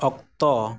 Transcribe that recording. ᱚᱠᱛᱚ